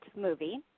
movie